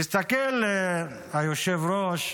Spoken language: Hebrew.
תסתכל, היושב-ראש,